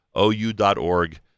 ou.org